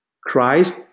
Christ